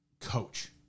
coach